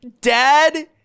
Dad